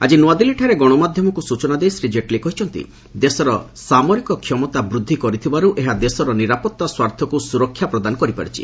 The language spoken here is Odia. ଆଜି ନୂଆଦିଲ୍ଲୀଠାରେ ଗଣମାଧ୍ୟମକୁ ସୂଚନାଦେଇ ଶ୍ରୀ ଜେଟଲୀ କହିଛନ୍ତି ଦେଶର ସାମରିକ କ୍ଷମତା ବୃଦ୍ଧି କରିଥିବାରୁ ଏହା ଦେଶର ନିରାପତ୍ତା ସ୍ୱାର୍ଥକୁ ସୁରକ୍ଷା ପ୍ରଦାନ କରିପାରିଛି